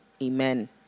Amen